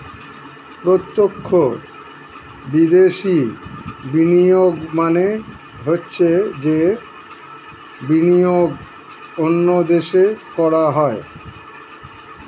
প্রত্যক্ষ বিদেশি বিনিয়োগ মানে হচ্ছে যে বিনিয়োগ অন্য দেশে করা হয়